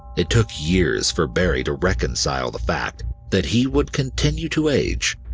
it took years for barrie to reconcile the fact that he would continue to age,